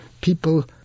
people